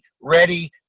ready